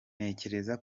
ntekereza